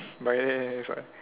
ah